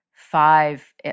five